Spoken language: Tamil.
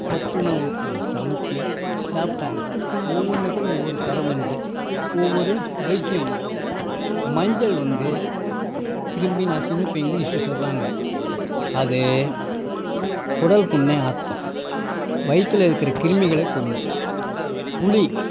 சத்துணவுகளை சமைச்சு சாப்பிட்டாங்க ஒவ்வொன்றுக்கும் ஒவ்வொரு தரம் உண்டு ஒவ்வொரு வைத்தியம் உண்டு மஞ்சள் வந்து கிருமிநாசினின்னு இப்போது இங்கிலிஷில் சொல்கிறாங்க அது குடல் புண்ணை ஆற்றும் வயித்தில் இருக்கிற கிருமிகளை கொல்லும் புளி